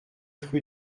rue